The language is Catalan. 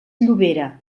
llobera